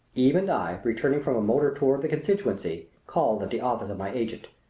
eve and i, returning from a motor tour of the constituency, called at the office of my agent.